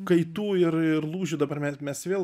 kaitų ir ir lūžių dabar mes mes vėl